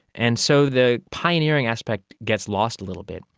and so the pioneering aspect gets lost a little bit.